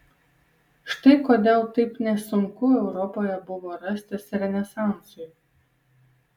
štai kodėl taip nesunku europoje buvo rastis renesansui